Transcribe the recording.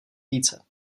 více